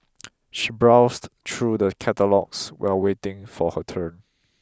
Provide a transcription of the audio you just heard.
she browsed through the catalogues while waiting for her turn